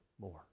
more